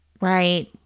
Right